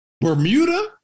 Bermuda